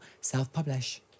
self-publish